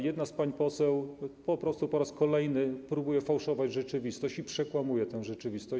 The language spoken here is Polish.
Jedna z pań poseł po prostu po raz kolejny próbuje fałszować rzeczywistość i przekłamuje rzeczywistość.